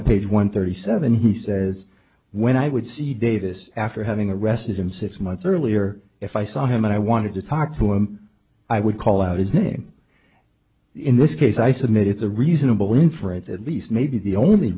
at page one thirty seven he says when i would see davis after having arrested him six months earlier if i saw him and i wanted to talk to him i would call out his name in this case i submit it's a reasonable inference at least maybe the only